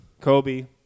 Kobe